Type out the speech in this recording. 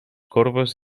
corbes